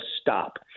stop